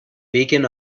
beacon